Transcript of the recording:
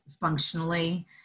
functionally